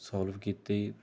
solve ਕੀਤੀ